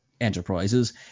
enterprises